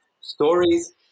stories